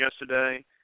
yesterday